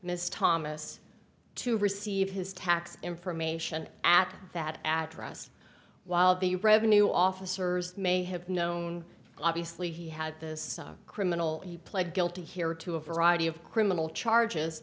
ms thomas to receive his tax information at that address while the revenue officers may have known obviously he had this criminal he pled guilty here to a variety of criminal charges